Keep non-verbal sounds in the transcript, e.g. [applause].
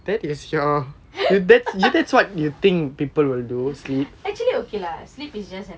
[laughs] actually okay lah sleep is just